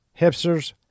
hipsters